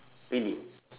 really